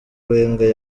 wenger